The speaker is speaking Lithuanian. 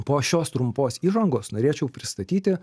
po šios trumpos įžangos norėčiau pristatyti